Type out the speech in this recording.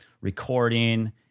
recording